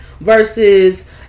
Versus